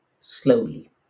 slowly